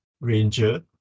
Ranger